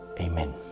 Amen